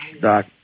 Doc